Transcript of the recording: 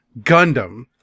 Gundam